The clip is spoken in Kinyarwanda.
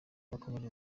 bakomeje